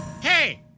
Hey